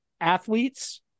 athletes